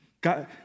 God